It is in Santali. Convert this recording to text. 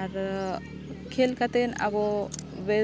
ᱟᱨ ᱠᱷᱮᱞ ᱠᱟᱛᱮᱫ ᱟᱵᱚ ᱵᱮᱥ